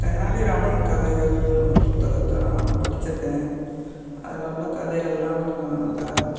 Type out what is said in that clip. தெனாலிராமன் கதைகள் புத்தகத்தை நான் படிச்சுருக்கேன் அதில் உள்ள கதைகளெலாம் கொஞ்சம் நல்லா